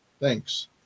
Thanks